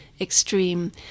extreme